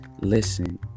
listen